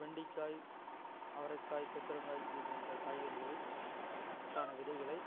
வெண்டிக்காய் அவரைக்காய் கொத்தரங்காய் இதுபோன்ற காய்கறிகளை கான விதைகளை